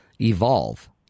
evolve